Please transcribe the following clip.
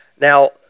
Now